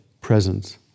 presence